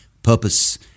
purpose